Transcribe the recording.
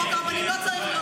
חוק הרבנים לא צריך להיות